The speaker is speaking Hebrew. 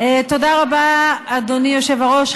תודה רבה, אדוני היושב-ראש.